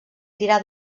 tira